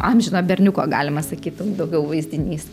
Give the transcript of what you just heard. amžino berniuko galima sakyti dau daugiau vaizdinys